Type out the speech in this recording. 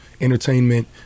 Entertainment